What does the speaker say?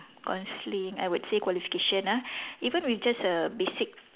counselling I would say qualification ah even with just a basic